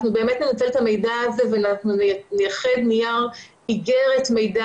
אנחנו באמת ננצל את המידע הזה ונייחד איגרת מידע